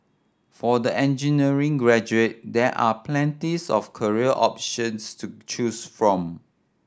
for the engineering graduate there are plenties of career options to choose from